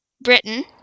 Britain